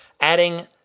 adding